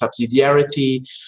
subsidiarity